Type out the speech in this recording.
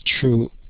true